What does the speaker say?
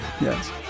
Yes